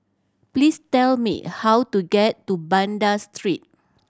please tell me how to get to Banda Street